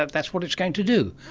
ah that's what it's going to do.